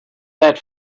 that